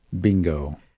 bingo